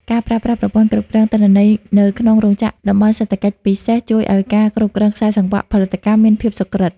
ការប្រើប្រាស់ប្រព័ន្ធគ្រប់គ្រងទិន្នន័យ នៅក្នុងរោងចក្រ តំបន់សេដ្ឋកិច្ចពិសេស ជួយឱ្យការគ្រប់គ្រងខ្សែសង្វាក់ផលិតកម្មមានភាពសុក្រឹត។